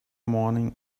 morning